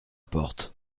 porte